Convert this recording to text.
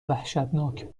وحشتناک